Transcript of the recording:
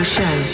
Show